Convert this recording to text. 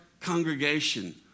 congregation